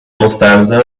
مستلزم